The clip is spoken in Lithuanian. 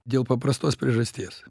dėl paprastos priežasties